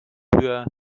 früher